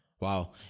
Wow